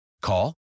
Call